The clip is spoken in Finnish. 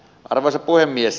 arvoisa puhemies